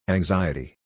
Anxiety